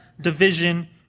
division